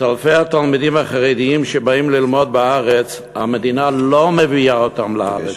את אלפי התלמידים החרדים שבאים ללמוד בארץ המדינה לא מביאה לארץ,